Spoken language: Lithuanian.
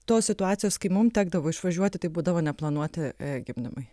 tos situacijos kai mum tekdavo išvažiuoti tai būdavo neplanuoti gimdymai